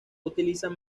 utilizan